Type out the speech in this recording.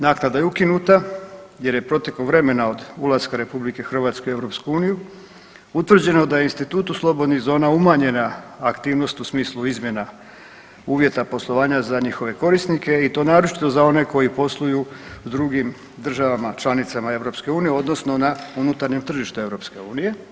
Naknada je ukinuta jer je protekom vremena od ulaska RH u EU utvrđeno da je institutu slobodnih zona umanjena aktivnost u smislu izmjena uvjeta poslovanja za njihove korisnike i to naročito za one koji posluju u drugim državama članicama EU odnosno na unutarnjem tržištu EU.